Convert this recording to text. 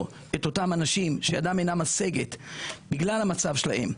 את אותם האנשים שידם אינם משגת בגלל המצב שלהם,